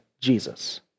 Jesus